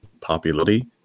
popularity